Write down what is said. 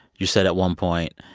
you said at one point,